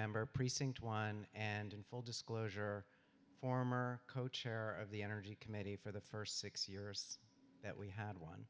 member precinct one and in full disclosure former co chair of the energy committee for the st six years that we had one